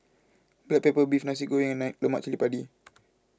Black Pepper Beef Nasi Goreng and Lemak Cili Padi